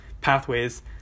pathways